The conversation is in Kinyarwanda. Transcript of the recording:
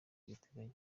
abiteganya